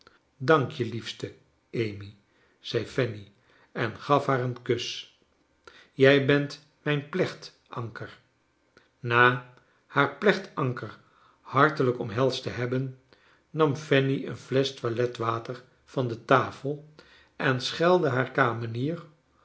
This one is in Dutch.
dank je liefste amy zei fanny en gaf haar een kus jij bent mijn plechtanker na haar plechtanker hartelijk om helsd te hebben nam fanny een flesch toilet water van de tafel en schelde haar kamenier